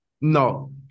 No